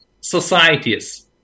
societies